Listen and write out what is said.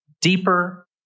Deeper